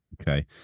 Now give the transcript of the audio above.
Okay